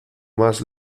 más